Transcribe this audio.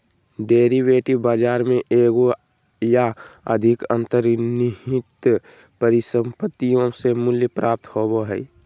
derivative बाजार में एगो या अधिक अंतर्निहित परिसंपत्तियों से मूल्य प्राप्त होबो हइ